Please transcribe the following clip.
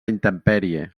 intempèrie